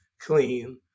clean